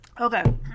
Okay